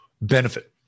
benefit